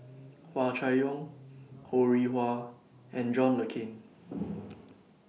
Hua Chai Yong Ho Rih Hwa and John Le Cain